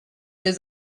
his